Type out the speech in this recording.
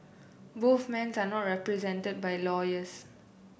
both men turn not represented by lawyers